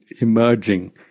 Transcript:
emerging